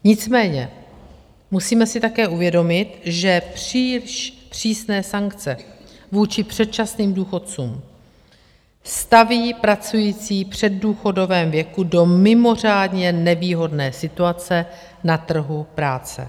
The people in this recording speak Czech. Nicméně musíme si také uvědomit, že příliš přísné sankce vůči předčasným důchodcům staví pracující v předdůchodovém věku do mimořádně nevýhodné situace na trhu práce.